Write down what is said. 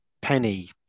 Penny